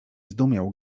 zdumiał